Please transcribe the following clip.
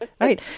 Right